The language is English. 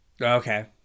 okay